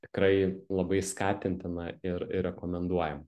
tikrai labai skatintina ir ir rekomenduojam